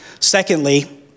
Secondly